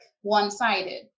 one-sided